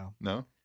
no